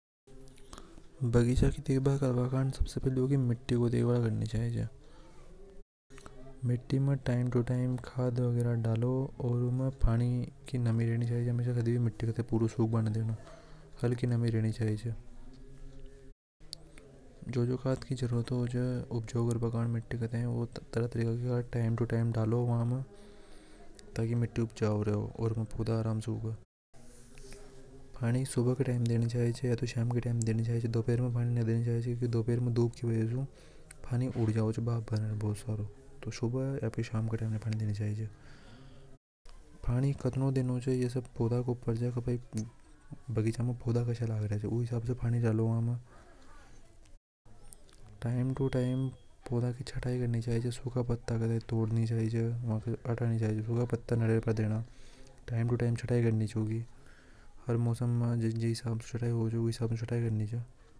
बगीचा की देख बाल करवा कंजे सबसे पहले उ की मिट्टी को देख बाल करनी चाहिए मिट्टी में टाइम टू टाइम खाद वगैरा डालो और उ में पानी की नमी रहनी चाहिए हमेशा मिट्टी पुरी सुखा बा निदेना हल्की नमी रहनी। जो जो खाद की जरूरत होवे वो टाइम टू टाइम डालो वामे ताकि मिट्टी उ प जा उ रेवे ओर उनमें पानी सुबह का टाइम देना चाहिए या शाम के टाइम देना चाहिए दोपहर में पानी उड़ जाओ तो सुबह या शाम के टाइम देना चाहिए पानी खतरों देने चाहिए वो पौधों को देख के डालो टाइम टू टाइम। पौधा की चटाई करनी चाहिए जो सखा पत्ता उने तोड़ना चाहिए सुखा पत्ता टाइम टू टाइम तोड़ने चाव।